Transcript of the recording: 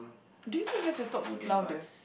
do you think we have to talk louder